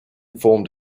formed